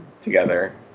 together